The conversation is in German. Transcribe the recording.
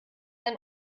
ein